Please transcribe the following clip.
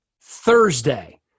Thursday